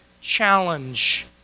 challenge